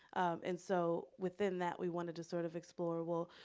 and so, within that, we wanted to sort of explore, well,